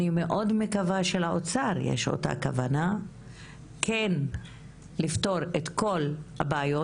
אני מאוד מקווה שלאוצר יש את אותה כוונה והיא כן לפתור את כל הבעיות.